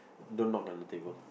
don't knock on the table